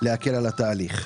להקל על התהליך.